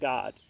God